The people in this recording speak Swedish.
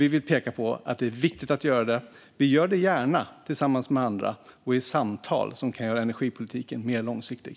Vi vill peka på att det är viktigt att göra detta. Vi gör det gärna tillsammans med andra och i samtal som kan göra energipolitiken mer långsiktig.